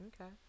Okay